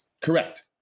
correct